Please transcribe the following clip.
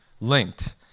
linked